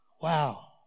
wow